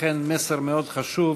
אכן מסר מאוד חשוב,